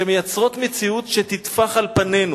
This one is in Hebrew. שמייצרות מציאות שתטפח על פנינו.